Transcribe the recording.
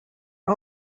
are